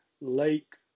Lake